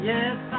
Yes